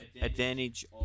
advantage